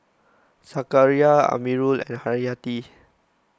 Zakaria Amirul and Haryati